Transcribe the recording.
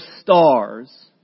stars